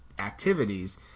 Activities